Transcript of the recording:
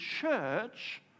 church